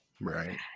Right